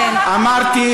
אתה קורא למאבק,